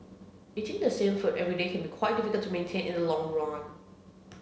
eating the same food every day can be quite difficult to maintain in long run